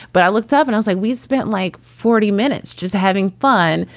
but i looked up and it's like we've spent like forty minutes just having fun,